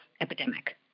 epidemic